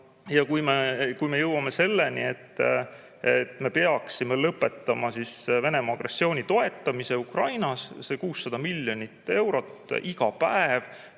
Ja kui me jõuame selleni, et me peaksime lõpetama Venemaa agressiooni toetamise Ukrainas – see 600 miljonit eurot,